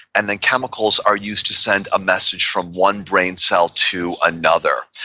and then chemicals are use to send a message from one brain cell to another.